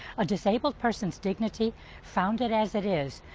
a disabled person's dignity founded as it is,